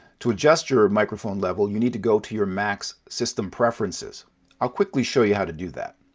to adjust your microphone level you need to go to your mac's system preferences i'll quickly show you how to do that.